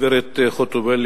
גברת חוטובלי,